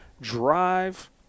Drive